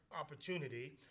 opportunity